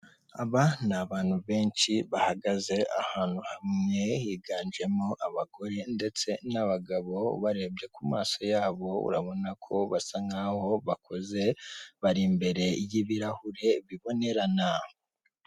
Aba n'abantu benshi bahagaze ahantu hamwe higanjemo abagore ndetse n'abagabo, ubarebye kumaso yabo urabonako bakuze bari imbere y'ibirahure bibonerana.